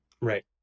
Right